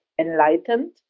enlightened